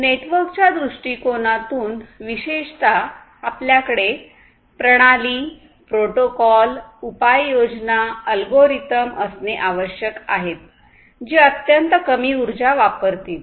नेटवर्कच्या दृष्टिकोनातून विशेषतः आपल्याकडे प्रणाली प्रोटोकॉल उपाययोजना अल्गोरिदम असणे आवश्यक आहेत जे अत्यंत कमी उर्जा वापरतील